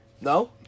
No